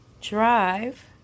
drive